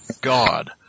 God